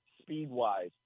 speed-wise